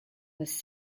was